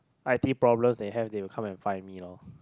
i_t problem they have they will come and find me lor